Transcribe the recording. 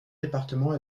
départements